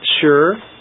sure